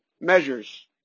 measures